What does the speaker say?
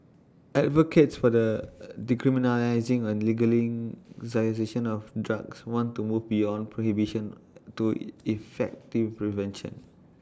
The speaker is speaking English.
advocates for the decriminalising or of drugs want to move beyond prohibition to effective prevention